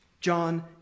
John